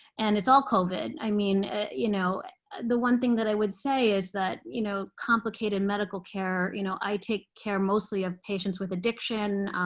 and it's all covid. i mean you know the one thing that i would say is that you know complicated medical care you know i take care mostly of patients with addiction,